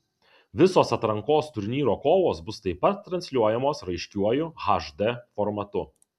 visos atrankos turnyro kovos bus taip pat transliuojamos raiškiuoju hd formatu